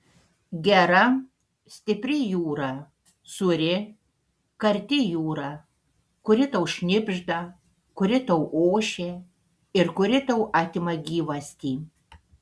gera stipri jūra sūri karti jūra kuri tau šnibžda kuri tau ošia ir kuri tau atima gyvastį